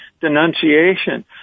denunciation